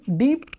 deep